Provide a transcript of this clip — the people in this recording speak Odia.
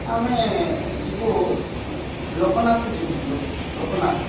ଆମେ ଯିବୁ ଲୋକନାଥ ଯିବୁ ଲୋକନାଥ